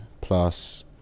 plus